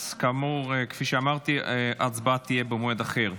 כפי שאמרתי, ההצבעה תהיה במועד אחר.